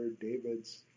David's